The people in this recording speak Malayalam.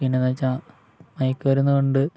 പിന്നെയെന്ന് വെച്ചാല് മയക്കുമരുന്ന് കൊണ്ട്